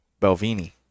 Belvini